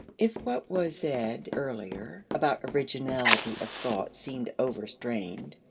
if what was said earlier about originality of thought seemed overstrained,